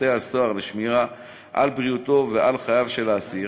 בתי-הסוהר לשמירה על בריאותו ועל חייו של האסיר,